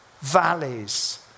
valleys